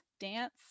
dance